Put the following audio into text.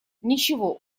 ничего